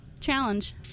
Challenge